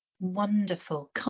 Wonderful